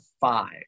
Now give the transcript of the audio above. five